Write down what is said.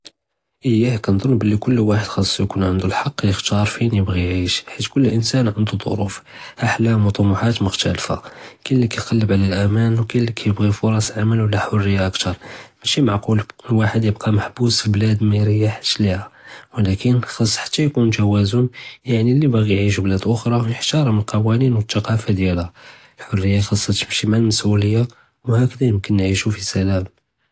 איה כנדנ בּלי כול ואחד חסו יכּון ענדו הזכּ יחתאר פין יבעי יערסּ בחית כול אינסאן ענדו דורוף אהלאם ו טמוחות מוכתלפין כול קיקלב עלא אל-אמאן וקאן לי קיבעיאה פורסע עמעל וּלא חורייה אקטאר מושי מעקול ואחד ייבקה מחבוס פי בלאדו מיריחש להה ולקין חס גם יכּון תוואזן יעני לי בַאגִי יערסּ בלאד אוחרא ו יחתרם אל-קוואנין ותקאלפה דיאלהא, אל-חורייה חסהא תמשי מע ע-מסאוליה וו הככה יכּון ניעשו פי סלאם.